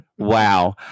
Wow